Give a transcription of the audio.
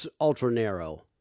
ultra-narrow